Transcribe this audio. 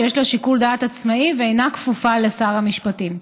שיש לה שיקול דעת עצמאי והיא אינה כפופה לשר המשפטים.